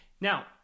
now